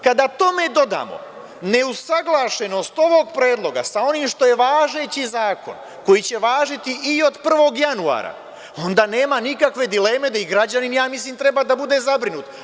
Kada tome dodamo neusaglašenost ovog predloga sa onim što je važeći zakon koji će važiti i od 1. januara onda nema nikakve dileme da i građanin, ja mislim, treba da bude zabrinut.